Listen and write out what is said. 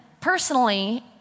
personally